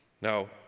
Now